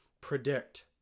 predict